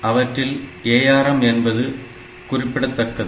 அவற்றில் ARM என்பது குறிக்கபட்டிருக்கது